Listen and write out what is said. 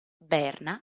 berna